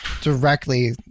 Directly